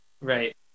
right